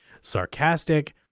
sarcastic